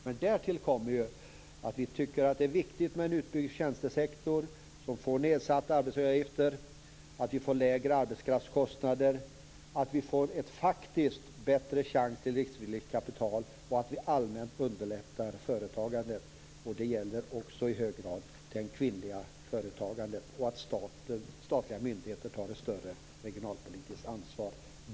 Men därtill kommer att vi tycker att det är viktigt med en utbyggd tjänstesektor, som får nedsatta arbetsgivaravgifter, lägre arbetskraftskostnader och en faktiskt bättre chans till riskvilligt kapital, och att vi allmänt underlättar för företagandet. Det gäller i hög grad också för det kvinnliga företagandet. Statliga myndigheter bör ta ett större regionalpolitiskt ansvar.